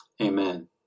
Amen